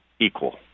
equal